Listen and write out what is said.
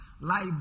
Life